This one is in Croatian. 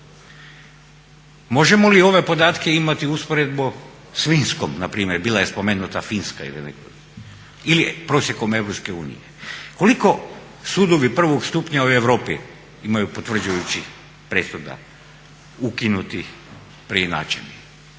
Možemo li ove podatke imati u usporedbi s Finskom, na primjer bila je spomenuta Finska ili prosjekom EU koliko sudovi prvog stupnja u Europi imaju potvrđujućih presuda, ukinutih preinačenih.